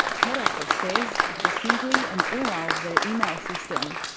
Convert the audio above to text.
head office says it was simply an error ah of their email system.